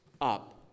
up